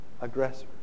aggressor